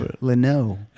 Leno